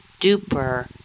duper